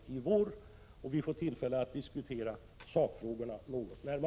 Vi får då tillfälle att närmare diskutera sakfrågorna.